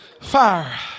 Fire